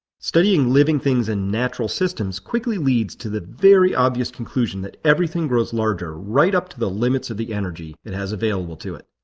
studying living things and natural systems quickly leads to the very obvious conclusion that everything grows larger right up to the limits of the energy it has available to it.